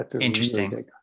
Interesting